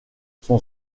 son